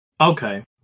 Okay